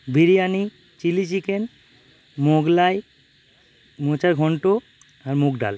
biryani chilli chicken Mughlai মোচার ঘণ্ট আর মুগ ডাল